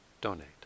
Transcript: donate